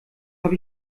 habe